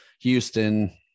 Houston